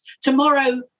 tomorrow